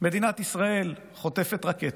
מדינת ישראל חוטפת רקטות,